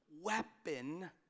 weapon